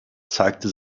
zeigte